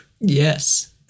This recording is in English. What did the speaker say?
Yes